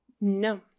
No